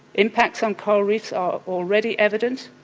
impacts on coral reefs are already evident.